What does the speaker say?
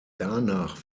danach